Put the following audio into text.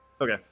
Okay